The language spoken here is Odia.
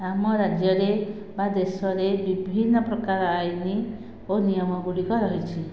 ଆମ ରାଜ୍ୟରେ ବା ଦେଶରେ ବିଭିନ୍ନ ପ୍ରକାର ଆଇନ ଓ ନିୟମ ଗୁଡ଼ିକ ରହିଛି